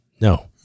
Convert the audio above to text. No